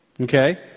Okay